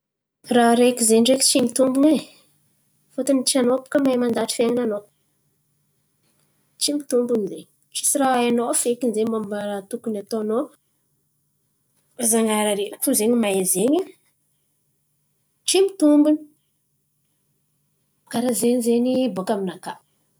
Raha ren̈iko zen̈y ndreky tsy mitobony e. Fôtony tsy anao bàka mahay mandahatra fiain̈ananao. Tsy mitombony zen̈y. Tsisy raha hainao fekiny zen̈y mômba raha tokony ataonao. Zan̈ahary areriky fo zen̈y mahay zen̈y. Tsy mitombony. Karà ze zen̈y bòka aminaka.